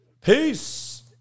Peace